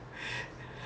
ya